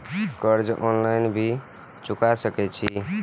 कर्जा ऑनलाइन भी चुका सके छी?